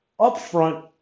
upfront